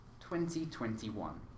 2021